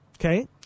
Okay